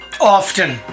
often